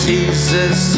Jesus